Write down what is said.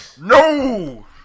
No